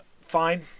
fine